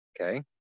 Okay